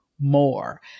more